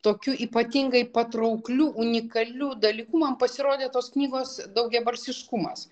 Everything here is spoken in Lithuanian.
tokiu ypatingai patraukliu unikaliu dalyku man pasirodė tos knygos daugiabalsiškumas